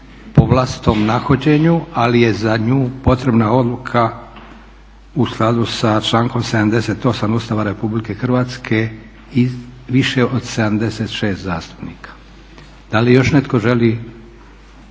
Da li još netko želi